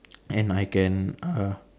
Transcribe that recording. and I can uh